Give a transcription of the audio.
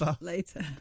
later